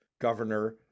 governor